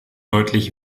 deutlich